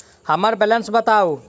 हम्मर बैलेंस बताऊ